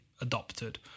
adopted